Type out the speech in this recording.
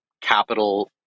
capital